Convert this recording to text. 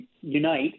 unite